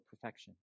perfection